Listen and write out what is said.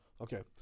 Okay